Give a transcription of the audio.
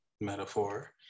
metaphor